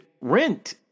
rent